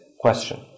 question